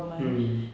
mm